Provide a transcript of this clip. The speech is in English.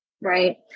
right